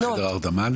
יש לכם חדרי הרדמה?